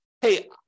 hey